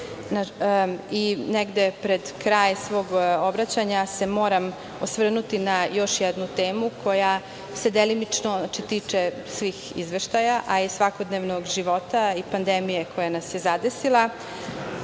pred kraj svog obraćanja se moram osvrnuti na još jednu temu koja se delimično tiče svih izveštaja, a i svakodnevnog života i pandemije koja nas je zadesila,